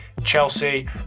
Chelsea